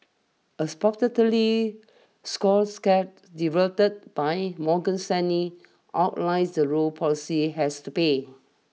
a scorecard developed by Morgan Stanley outlines the role policy has to play